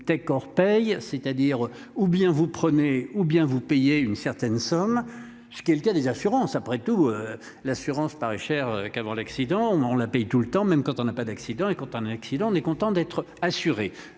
Orteils c'est-à-dire ou bien vous prenez ou bien vous payer une certaine somme. Ce qui est le cas des assurances après tout l'assurance paraît cher qu'avant l'accident, on la paye tout le temps même quand on n'a pas d'accident et quand un accident on est content d'être assurée.